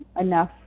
enough